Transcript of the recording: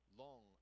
long